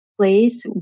place